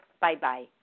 Bye-bye